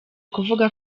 kuvuga